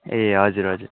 ए हजुर हजुर